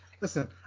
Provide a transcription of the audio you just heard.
listen